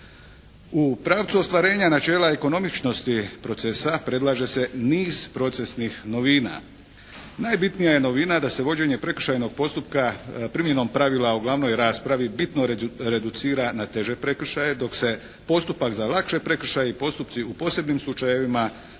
U pravcu ostvarenja načela ekonomičnosti procesa predlaže se niz procesnih novina. Najbitnija je novina da se vođenje prekršajnog postupka primjenom pravila o glavnoj raspravi bitno reducira na teže prekršaje dok se postupak za lakše prekršaje i postupci u posebnim slučajevima provode